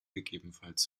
ggf